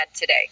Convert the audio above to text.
today